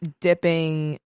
dipping